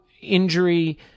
injury